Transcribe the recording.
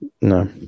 No